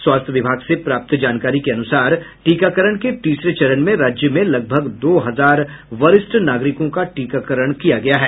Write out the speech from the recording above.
स्वास्थ्य विभाग से प्राप्त जानकारी के अनुसार टीकाकरण के तीसरे चरण में राज्य में लगभग दो हजार वरिष्ठ नागरिकों का टीकाकरण किया गया है